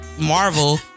Marvel